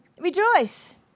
Rejoice